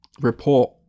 report